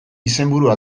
izenburua